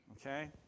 Okay